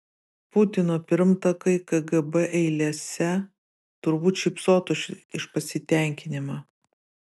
putino pirmtakai kgb eilėse turbūt šypsotųsi iš pasitenkinimo